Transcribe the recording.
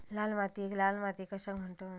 लाल मातीयेक लाल माती कशाक म्हणतत?